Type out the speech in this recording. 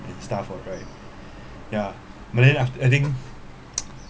and stuff what right ya but then afte~ I think